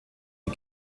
die